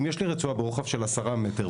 אם יש לי רצועה ברוחב של 10 מטרים,